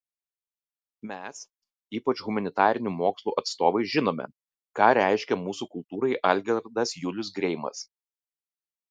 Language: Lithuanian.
mes ypač humanitarinių mokslų atstovai žinome ką reiškia mūsų kultūrai algirdas julius greimas